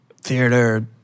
theater